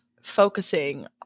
focusing